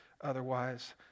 otherwise